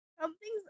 something's